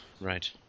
right